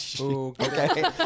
Okay